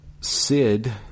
Sid